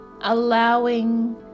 allowing